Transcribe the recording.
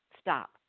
Stop